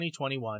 2021